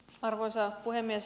arvoisa puhemies